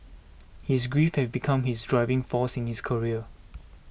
his grief had become his driving force in his career